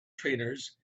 trainers